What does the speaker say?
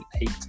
eight